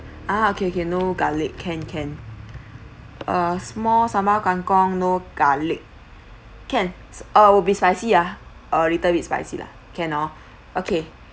ah okay okay no garlic can can uh small sambal kangkong no garlic can uh will be spicy ah a little bit spicy lah can oh okay